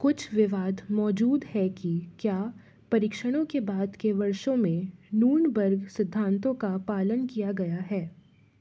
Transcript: कुछ विवाद मौजूद हैं कि क्या परीक्षणों के बाद के वर्षों में नूर्नबर्ग सिद्धांतों का पालन किया गया है